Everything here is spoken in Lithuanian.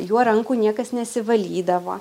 juo rankų niekas nesivalydavo